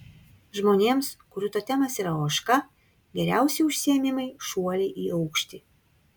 žmonėms kurių totemas yra ožka geriausi užsiėmimai šuoliai į aukštį